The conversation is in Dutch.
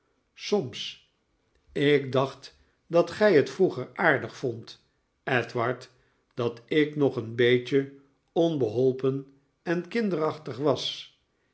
soms ik dacht dat gij het vroeger aardig vondt edward dat ik nog een beetje onbeholpen en kinderachtig was